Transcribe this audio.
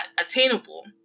attainable